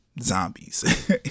zombies